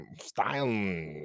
style